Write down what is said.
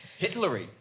Hitlery